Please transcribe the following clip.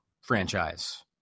franchise